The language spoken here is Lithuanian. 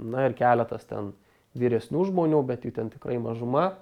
na ir keletas ten vyresnių žmonių bet jų ten tikrai mažuma